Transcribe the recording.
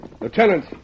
Lieutenant